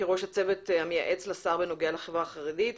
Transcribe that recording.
כראש הצוות המייעץ לשר בנוגע לחברה החרדית,